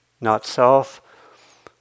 not-self